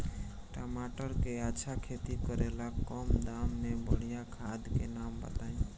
टमाटर के अच्छा खेती करेला कम दाम मे बढ़िया खाद के नाम बताई?